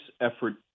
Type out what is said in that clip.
effort